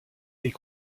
est